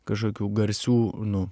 kažkokių garsių nu